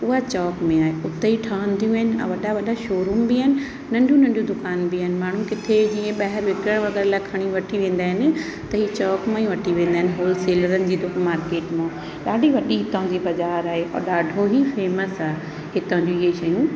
उहा चौक में आहे उते ई ठहंदियूं आहिनि ऐं वॾा वॾा शोरुम बि आहिनि नंढियूं नढियूं दुकानूं बि आहिनि माण्हू किथे हीअं ॿाहिरि विकिरण वग़ैरह लाइ खणी वठी वेंदा आहिनि त हीउ चौक मां ई वठी वेंदा आहिनि होलसेलरनिजी दु मार्केट मां ॾाढी वॾी हितो जी बाज़ारि आहे और ॾाढो ई फेमस आहे हितो जी हीअ शयूं